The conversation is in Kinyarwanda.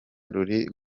ruri